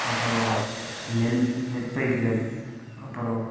அப்புறம் நெல் நெற்பயிர்கள் அப்புறம்